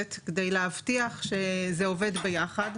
ממוקדת כדי להבטיח שזה עובד ביחד.